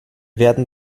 werden